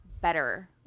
better